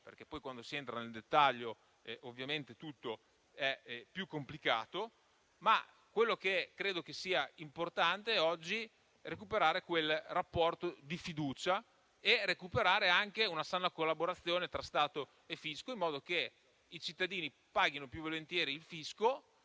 perché poi, quando si entra nel dettaglio, ovviamente tutto diventa più complicato. Quello che credo sia importante, oggi, è recuperare il rapporto di fiducia e una sana collaborazione tra cittadino e fisco, in modo che i cittadini paghino più volentieri il fisco